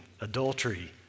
adultery